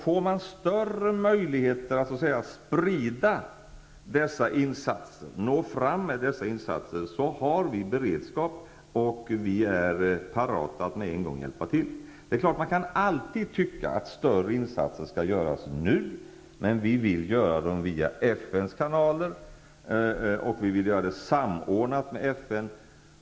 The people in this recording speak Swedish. Får större möjligheter att så att säga sprida dessa insatser och nå fram med dem, har vi beredskap och är parata att med en gång hjälpa till. Man kan naturligtvis alltid tycka att större insatser skall göras nu, men vi vill göra dem via FN:s kanaler, och vi vill samordna dem med FN.